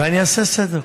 ואני אעשה סדר.